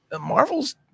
marvel's